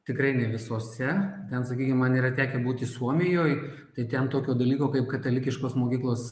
tikrai ne visose ten sakykim man yra tekę būti suomijoj tai ten tokio dalyko kaip katalikiškos mokyklos